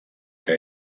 que